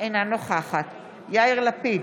אינה נוכח יאיר לפיד,